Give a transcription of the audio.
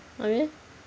abeh